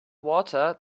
water